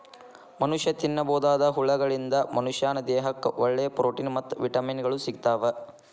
ಮನಷ್ಯಾ ತಿನ್ನಬೋದಾದ ಹುಳಗಳಿಂದ ಮನಶ್ಯಾನ ದೇಹಕ್ಕ ಒಳ್ಳೆ ಪ್ರೊಟೇನ್ ಮತ್ತ್ ವಿಟಮಿನ್ ಗಳು ಸಿಗ್ತಾವ